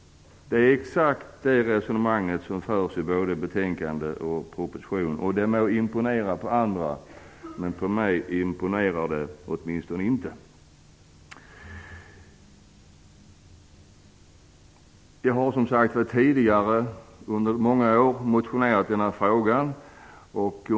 Det är exakt det resonemang som förs i både betänkande och proposition. Det må imponera på andra, men åtminstone på mig imponerar det inte. Jag har under många år motionerat i denna fråga.